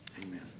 amen